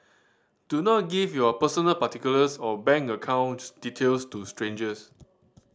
do not give your personal particulars or bank account details to strangers